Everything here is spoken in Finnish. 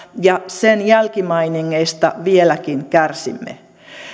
ja sen jälkimainingeista vieläkin kärsimme